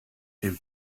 him